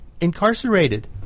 incarcerated